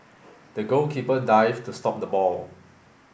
the goalkeeper dived to stop the ball